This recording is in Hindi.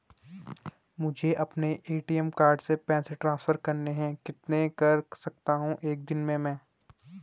मुझे अपने ए.टी.एम कार्ड से पैसे ट्रांसफर करने हैं कितने कर सकता हूँ एक दिन में?